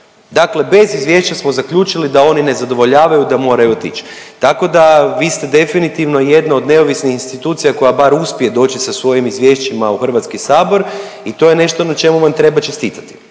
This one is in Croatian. Dakle, bez izvješća smo zaključili da oni ne zadovoljavaju i da moraju otići. Tako da vi ste definitivno jedna od neovisnih institucija koja bar uspije doći sa svojim izvješćima u Hrvatski sabor i to je nešto na čemu vam treba čestitati